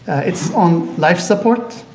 it's on life support.